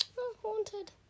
haunted